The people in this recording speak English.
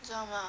你要吗